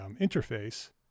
interface